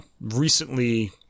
recently